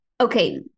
Okay